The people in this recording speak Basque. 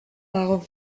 dago